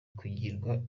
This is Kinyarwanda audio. kugirwa